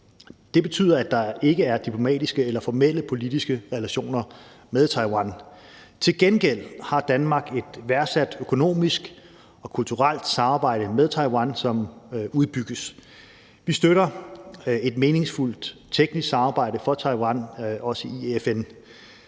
Det betyder, at der ikke er diplomatiske eller formelle politiske relationer med Taiwan. Til gengæld har Danmark et værdsat økonomisk og kulturelt samarbejde med Taiwan, som udbygges. Vi støtter et meningsfuldt teknisk samarbejde med Taiwan, også i FN.